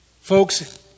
folks